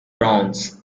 browns